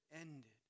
ended